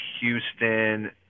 Houston